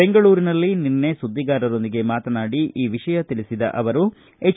ಬೆಂಗಳೂರಿನಲ್ಲಿ ನಿನ್ನೆ ಸುಧ್ಧಿಗಾರರೊಂದಿಗೆ ಮಾತನಾಡಿ ಈ ವಿಷಯ ತಿಳಿಸಿದ ಅವರು ಎಚ್